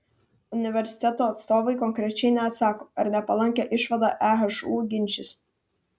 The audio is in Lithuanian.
universiteto atstovai konkrečiai neatsako ar nepalankią išvadą ehu ginčys